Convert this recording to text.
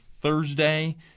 Thursday